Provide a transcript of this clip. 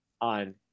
on